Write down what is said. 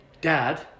Dad